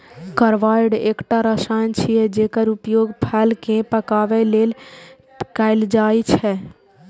carbide एकटा रसायन छियै, जेकर उपयोग फल कें पकाबै लेल कैल जाइ छै